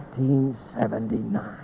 1979